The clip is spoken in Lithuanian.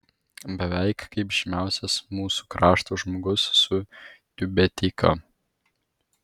beveik kaip žymiausias mūsų krašto žmogus su tiubeteika